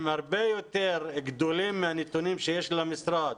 הרבה יותר גבוהים מהנתונים שיש למשרד